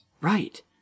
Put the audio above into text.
Right